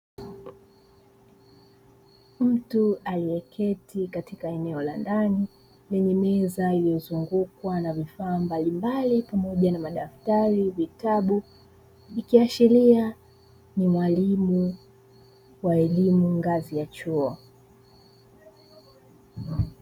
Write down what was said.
Mtu aliyeketi katika eneo la ndani lenye meza iliyozungukwa na vifaa mbalimbali, pamoja na madaftari na vitabu ikiashiria ni mwalimu wa elimu ngazi ya chuo.